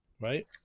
Right